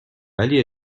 ولی